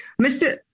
Mr